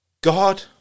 God